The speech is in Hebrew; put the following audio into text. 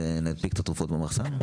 נשים את התרופות במחסן?